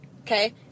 Okay